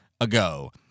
ago